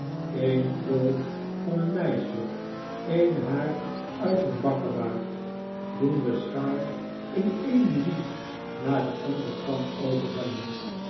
een krul van een meisje een haar uit een bakkebaard doen de schaal in een minuut naar den anderen kant overhellen